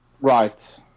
Right